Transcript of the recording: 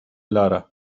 lara